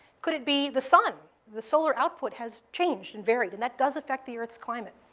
could it be the sun? the solar output has changed and varied, and that does affect the earth's climate.